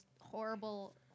horrible